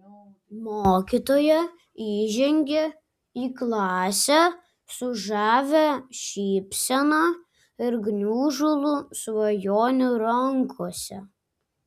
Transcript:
mokytoja įžengė į klasę su žavia šypsena ir gniužulu svajonių rankose